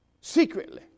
secretly